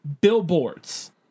billboards